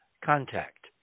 contact